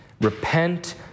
repent